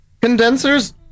Condensers